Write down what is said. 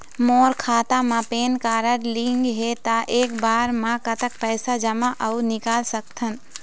मोर खाता मा PAN card link हे ता एक बार मा कतक पैसा जमा अऊ निकाल सकथन?